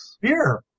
beer